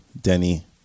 Denny